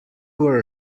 were